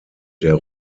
der